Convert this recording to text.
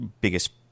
biggest